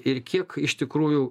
ir kiek iš tikrųjų